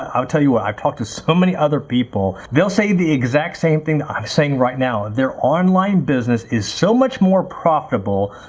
um i'll tell you what, i talked to so many other people. they'll say the exact same thing that i'm saying right now. their online business is so much more profitable,